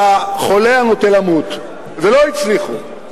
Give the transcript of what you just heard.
החולה הנוטה למות ולא הצליחו.